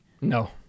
No